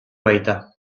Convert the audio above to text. baita